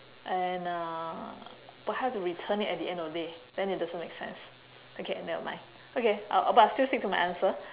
and uh but have to return it at the end of the day then it doesn't make sense okay never mind okay uh but I still stick to my answer